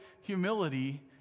humility